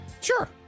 Sure